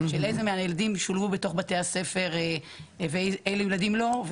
איזה מהילדים שולבו בתוך בתי הספר ואילו ילדים לא.